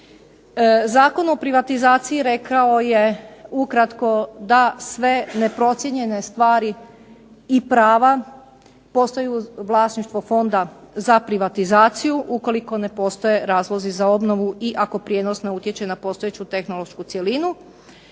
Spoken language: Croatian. Zakon o privatizaciji rekao je ukratko da sve neprocijenjene stvari i prava postaju vlasništvo Fonda za privatizaciju ukoliko ne postoje razlozi za obnovu i ako prijenos ne utječe na postojeću tehnološku cjelinu.